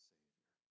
Savior